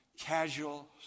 casual